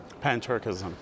Pan-Turkism